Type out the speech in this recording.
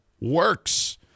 works